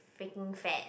freaking fat